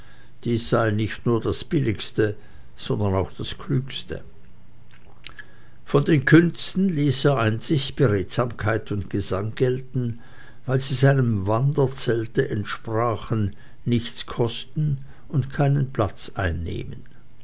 dies sei nicht nur das billigste sondern auch das klügste von den künsten ließ er einzig beredsamkeit und gesang gelten weil sie seinem wanderzelte entsprachen nichts kosten und keinen platz einnehmen